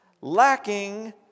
Lacking